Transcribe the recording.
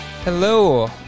Hello